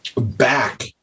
back